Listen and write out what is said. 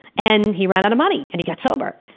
and he ran out of money, and he got sober.